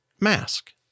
mask